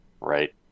Right